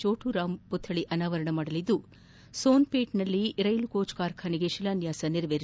ಚೋಟುರಾಮ್ ಪುತ್ತಳಿ ಅನಾವರಣ ಮಾಡಲಿದ್ದು ಸೋನ್ಪೇಟ್ನಲ್ಲಿ ರೈಲು ಕೋಚ್ ಕಾರ್ಖಾನೆಗೂ ಶಿಲಾನ್ಗಾಸ ನೆರವೇರಿಸಲಿದ್ದಾರೆ